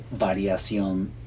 variación